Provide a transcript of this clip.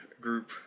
group